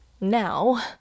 now